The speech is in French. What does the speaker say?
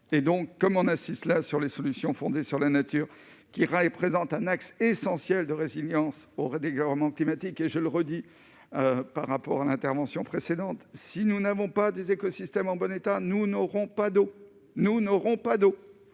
et donc comme on assiste là sur les solutions fondées sur la nature, qui ira et présente un axe essentiel de résilience aurait climatiques et je le redis, par rapport à l'intervention précédente, si nous n'avons pas des écosystèmes en bon état, nous n'aurons pas d'eau, nous n'aurons pas d'eau